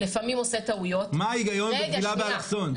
לפעמים עושה טעויות --- מה ההיגיון בכבילה באלכסון?